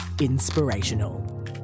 inspirational